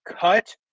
cut